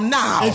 now